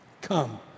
Come